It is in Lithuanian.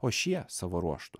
o šie savo ruožtu